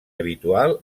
habitual